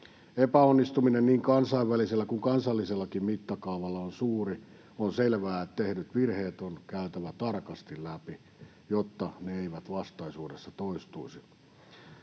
Epäonnistuminen niin kansainvälisellä kuin kansallisellakin mittakaavalla on suuri. On selvää, että tehdyt virheet on käytävä tarkasti läpi, jotta ne eivät vastaisuudessa toistuisi.